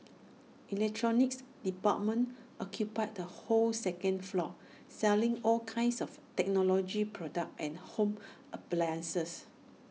electronics department occupies the whole second floor selling all kinds of technology products and home appliances